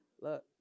Look